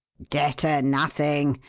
debtor nothing!